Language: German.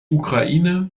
ukraine